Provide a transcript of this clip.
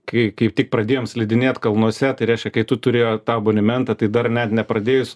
kaip tik pradėjom slidinėt kalnuose tai reiškia kai tu turi tą abonementą tai dar net nepradėjus